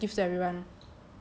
ya we just gives everyone